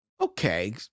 Okay